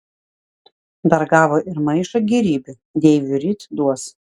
dar gavo ir maišą gėrybių deiviui ryt duos